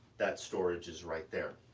that storage is right there.